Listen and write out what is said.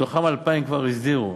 ומתוכם 2,000 כבר הסדירו.